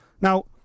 Now